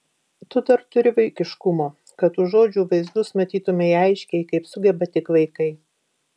tu dar turi vaikiškumo kad už žodžių vaizdus matytumei aiškiai kaip sugeba tik vaikai